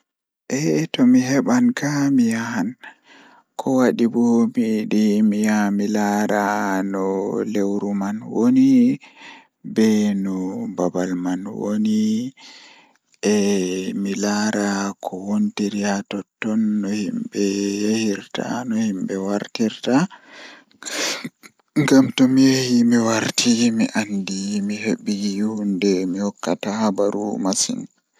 Eh tomi heban kam mi yahan kowadi mi yiɗi mi yaha bo Miɗo waɗi yiɗde waaldaade kala so tawii mi ɗaɓɓitii no feewi. Ko waɗi faamugol ngal ngam ɗum waɗi waylude baɗte e laawol nguurndam ngal. Awa ɗum waɗi mi moƴƴude nder waɗde jaangude feere wondude kala leydi.